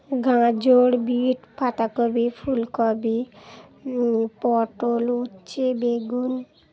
গাজর বিট বাঁধাকপি ফুলকপি পটল উচ্ছে বেগুন